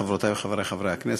חברותי וחברי חברי הכנסת,